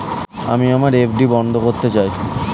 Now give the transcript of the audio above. আমি আমার এফ.ডি বন্ধ করতে চাই